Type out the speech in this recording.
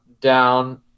down